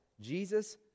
Jesus